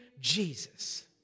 Jesus